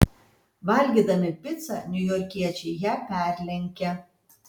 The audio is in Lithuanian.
valgydami picą niujorkiečiai ją perlenkia